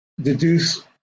deduce